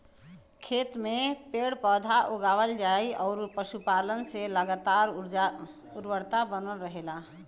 खेत में पेड़ पौधा, लगवला अउरी पशुपालन से लगातार उर्वरता बनल रहेला